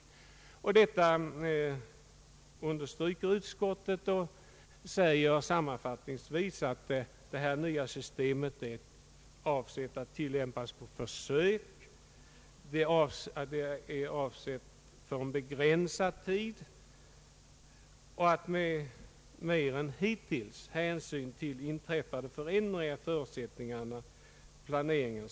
Utskottet understryker detta och säger sammanfattningsvis att systemet är avsett att tillämpas på försök under en relativt begränsad tid och att mera än hittills hänsyn skall kunna tas till inträffade förändringar i förutsättningarna för planeringen.